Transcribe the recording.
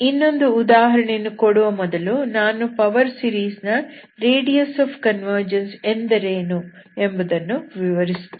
ಇನ್ನೊಂದು ಉದಾಹರಣೆಯನ್ನು ಕೊಡುವ ಮೊದಲು ನಾನು ಪವರ್ ಸೀರೀಸ್ ನ ರೇಡಿಯಸ್ ಆಫ್ ಕನ್ವರ್ಜನ್ಸ್ ಅಂದರೇನು ಎಂಬುದನ್ನು ವಿವರಿಸುತ್ತೇನೆ